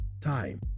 time